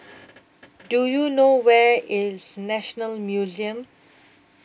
Do YOU know Where IS National Museum